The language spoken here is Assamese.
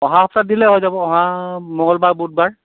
অহা সপ্তাহত দিলেই হৈ যাব অহা মঙ্গলবাৰ বুধবাৰ